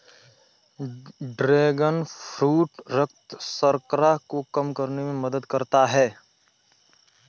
dragon fruit रक्त शर्करा को कम करने में मदद करता है